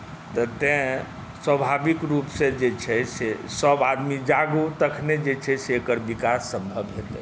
तऽ तैँ स्वाभाविक रूपसँ जे छै से सभ आदमी जागू तखनहि जे छै से एकर विकास सम्भव हेतै